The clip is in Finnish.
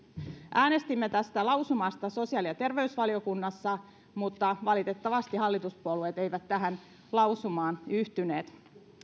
äänestimme tästä lausumasta sosiaali ja terveysvaliokunnassa mutta valitettavasti hallituspuolueet eivät tähän lausumaan yhtyneet